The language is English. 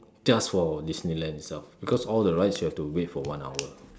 just for Disneyland itself because all the rides you have to wait for one hour